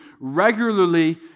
regularly